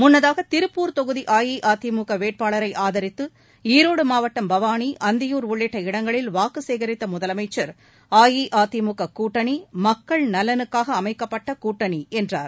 முன்னதாக திருப்பூர் தொகுதி அஇஅதிமுக வேட்பாளரை ஆதரித்து ஈரோடு மாவட்டம் பவானி அந்தியூர் உள்ளிட்ட இடங்களில் வாக்கு சேகரித்த முதலமைச்சர் அஇஅதிமுக கூட்டணி மக்கள் நலனுக்காக அமைக்கப்பட்ட கூட்டணி என்றார்